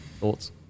Thoughts